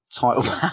title